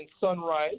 Sunrise